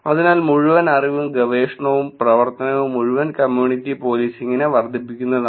അതിനാൽ മുഴുവൻ അറിവും ഗവേഷണവും പ്രവർത്തനവും മുഴുവൻ കമ്മ്യൂണിറ്റി പോലീസിംഗിനെ വർദ്ധിപ്പിക്കുന്നതാണ്